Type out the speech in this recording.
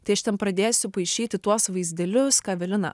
tai aš ten pradėsiu paišyti tuos vaizdelius ką evelina